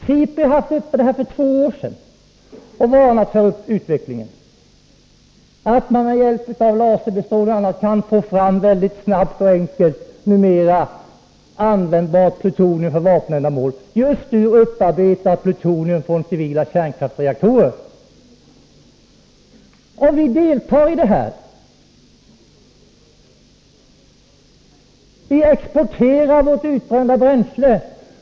Sipri har haft detta uppe för två år sedan och varnat för utvecklingen — att man med hjälp av laserbestrålning o. d. numera väldigt snabbt och enkelt kan få fram plutonium som är användbart för vapenändamål. Det gäller just upparbetat plutonium från civila kärnkraftsreaktorer. Och vi deltar i det här. Vi exporterar vårt utbrända bränsle.